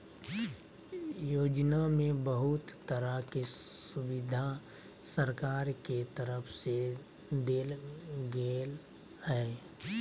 योजना में बहुत तरह के सुविधा सरकार के तरफ से देल गेल हइ